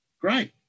Great